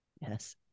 Yes